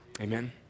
Amen